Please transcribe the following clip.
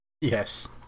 Yes